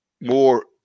more